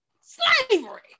Slavery